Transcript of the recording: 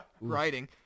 writing